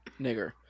nigger